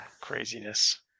craziness